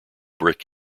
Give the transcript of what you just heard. brick